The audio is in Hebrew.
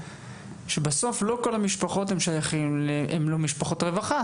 שבסוף לא כל המשפחות הן משפחות רווחה.